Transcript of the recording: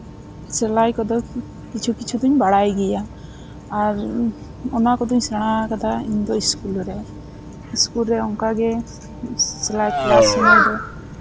ᱥᱤᱞᱟᱭ ᱠᱚᱫᱚ ᱠᱤᱪᱷᱩ ᱠᱤᱪᱷᱩ ᱫᱩᱧ ᱵᱟᱲᱟᱭ ᱜᱮᱭᱟ ᱟᱨ ᱚᱱᱟ ᱠᱚᱫᱚᱧ ᱥᱮᱬᱟ ᱠᱟᱫᱟ ᱤᱧ ᱫᱚ ᱥᱠᱩᱞᱨᱮ ᱥᱠᱩᱞᱨᱮ ᱚᱱᱠᱟᱜᱮ ᱥᱮᱞᱟᱭ ᱠᱮᱞᱟᱥ ᱥᱚᱢᱚᱭ ᱫᱚ